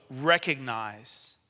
recognize